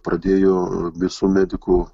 pradėjo visų medikų